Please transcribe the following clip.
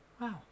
wow